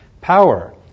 power